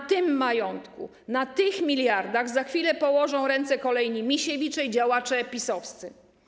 Na tym majątku, na tych miliardach za chwilę położą ręce kolejni Misiewicze i działacze PiS-owscy.